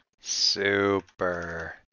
Super